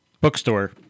bookstore